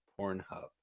Pornhub